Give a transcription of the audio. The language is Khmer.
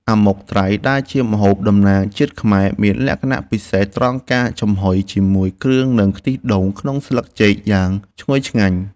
អាម៉ុកត្រីដែលជាម្ហូបតំណាងជាតិខ្មែរមានលក្ខណៈពិសេសត្រង់ការចំហុយជាមួយគ្រឿងនិងខ្ទិះដូងក្នុងស្លឹកចេកយ៉ាងឈ្ងុយឆ្ងាញ់។